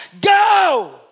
go